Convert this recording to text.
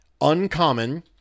uncommon